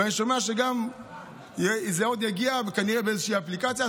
ואני שומע שזה עוד יגיע כנראה באיזושהי אפליקציה.